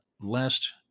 last